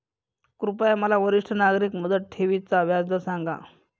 कृपया मला वरिष्ठ नागरिक मुदत ठेवी चा व्याजदर सांगा